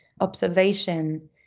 observation